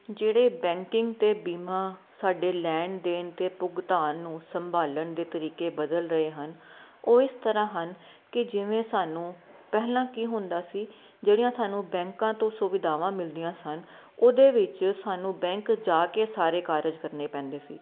ਜਿਹੜੇ ਬੈਂਕਿੰਗ ਅਤੇ ਬੀਮਾ ਸਾਡੇ ਲੈਣ ਦੇਣ ਦੇ ਭੁਗਤਾਨ ਨੂੰ ਸੰਭਾਲਣ ਦੇ ਤਰੀਕੇ ਬਦਲ ਰਹੇ ਹਨ ਉਹ ਇਸ ਤਰ੍ਹਾਂ ਹਨ ਕਿ ਜਿਵੇਂ ਸਾਨੂੰ ਪਹਿਲਾਂ ਕੀ ਹੁੰਦਾ ਸੀ ਜਿਹੜੀਆਂ ਸਾਨੂੰ ਬੈਂਕਾਂ ਤੋਂ ਸੁਵਿਧਾਵਾਂ ਮਿਲਦੀਆਂ ਸਨ ਉਹਦੇ ਵਿੱਚ ਸਾਨੂੰ ਬੈਂਕ ਜਾ ਕੇ ਸਾਰੇ ਕਾਰਜ ਕਰਨੇ ਪੈਂਦੇ ਸੀ